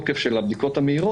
הבדיקות,